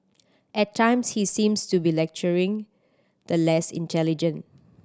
at times he seems to be lecturing the less intelligent